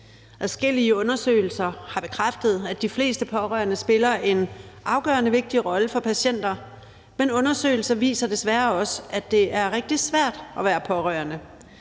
Adskillige undersøgelser har bekræftet, at de fleste pårørende spiller en afgørende vigtig rolle for patienter, men undersøgelser viser desværre også, at det er rigtig svært at være pårørende.